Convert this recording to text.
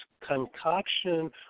concoction